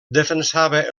defensava